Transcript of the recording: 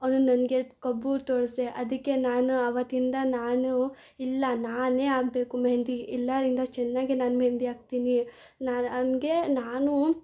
ಅವ್ಳು ನನಗೆ ಕೊಬ್ಬು ತೋರಿಸ್ದೇ ಅದಕ್ಕೆ ನಾನು ಅವತ್ತಿಂದ ನಾನು ಇಲ್ಲ ನಾನೇ ಹಾಕ್ಬೇಕು ಮೆಹೆಂದಿ ಎಲ್ಲಾರಿಂದ ಚೆನ್ನಾಗೆ ನಾನು ಮೆಹೆಂದಿ ಹಾಕ್ತೀನಿ ನಾನು ಹಂಗೆ ನಾನು